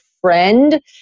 friend